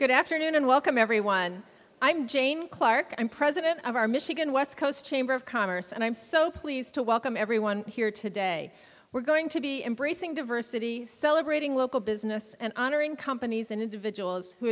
good afternoon and welcome everyone i'm jane clarke i'm president of our michigan west coast chamber of commerce and i'm so pleased to welcome everyone here today we're going to be embracing diversity celebrating local business and honoring companies and individuals who